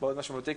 מאוד משמעותי,